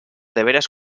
deberes